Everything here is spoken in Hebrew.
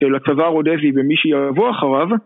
לצבא הרודזי במי שיבוא אחריו